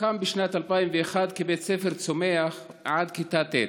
הוקם בשנת 2001 כבית ספר צומח עד כיתה ט'.